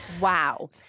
Wow